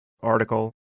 article